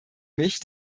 mich